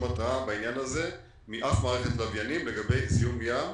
התרעה בעניין הזה מאף מערכת לוויינים לגבי זיהום ים